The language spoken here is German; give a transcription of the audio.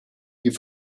die